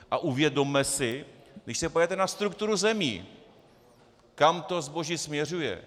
A uvědomme si, když se podíváte na strukturu zemí, kam to zboží směřuje.